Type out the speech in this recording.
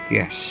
Yes